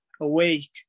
awake